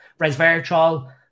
resveratrol